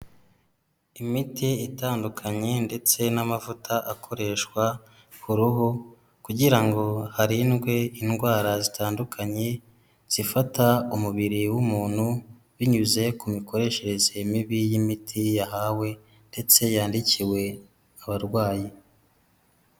Imiti itandukanye ndetse n'amavuta akoreshwa ku ruhu kugira ngo harindwe indwara zitandukanye zifata umubiri w'umuntu, binyuze ku mikoreshereze mibi y'imiti yahawe ndetse yandikiwe abarwayi.